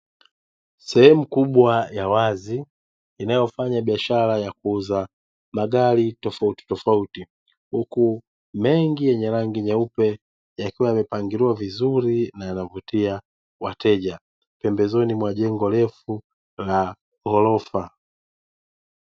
Sehemu kubwa ya wazi inayofanya biashara ya kuuza magari tofautitofauti, huku mengi yenye rangi nyeupe yakiwa yamepangiliwa vizuri na yanavutia wateja pembezoni mwa jengo refu la ghorofa.